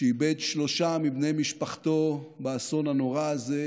שאיבד שלושה מבני משפחתו באסון הנורא הזה,